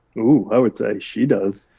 ooh, i would say she does.